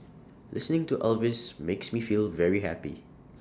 listening to Elvis makes me feel very happy